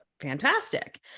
fantastic